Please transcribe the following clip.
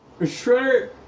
Shredder